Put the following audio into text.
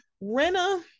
Rena